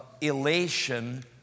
elation